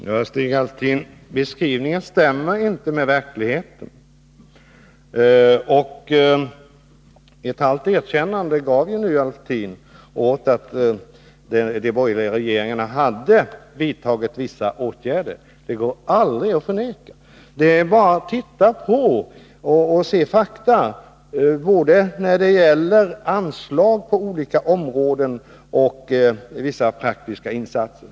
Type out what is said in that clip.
Herr talman! Till Stig Alftin: Beskrivningen stämmer inte med verkligheten. Stig Alftin gav ju ett halvt erkännande åt de borgerliga regeringarna, att de har vidtagit vissa åtgärder. Det går aldrig att förneka. Det är bara att se på fakta både när det gäller anslag på olika områden och när det gäller vissa praktiska insatser.